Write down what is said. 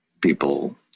people